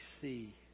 see